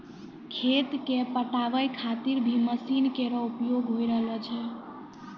खेत क पटावै खातिर भी मसीन केरो प्रयोग होय रहलो छै